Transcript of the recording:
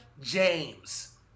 James